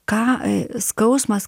ką skausmas